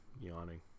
yawning